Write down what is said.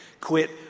Quit